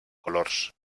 colors